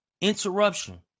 interruption